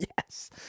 yes